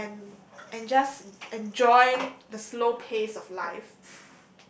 and and just enjoy the slow pace of life